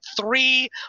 three